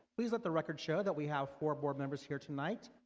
please let the record show that we have four board members here tonight.